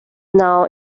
now